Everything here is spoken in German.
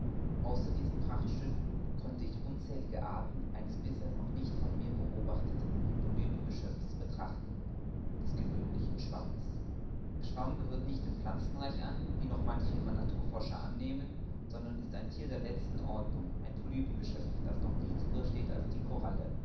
außer diesen prachtstücken konnte ich unzählige arten eines bisher noch nicht von mir beobachteten polypengeschöpfs betrachten des gewöhnlichen schwammes der schwamm gehört nicht dem pflanzenreich an wie noch manche naturforscher annehmen sondern ist ein thier der letzten ordnung ein polypengeschöpf das noch niedriger steht als die